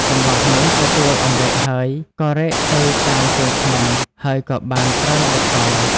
កម្លោះនោះទទួលអំរែកហើយ ក៏រែកទៅតាមជើងភ្នំ ហើយក៏បានប្រើល្បិចកល។